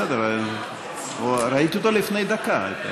בסדר, ראיתי אותו לפני דקה.